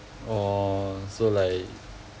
orh so like